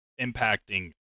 impacting